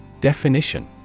Definition